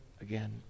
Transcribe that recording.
again